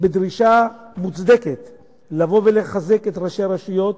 בדרישה מוצדקת לבוא ולחזק את ראשי הרשויות,